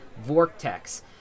Vortex